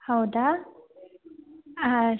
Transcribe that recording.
ಹೌದಾ ಆಸ್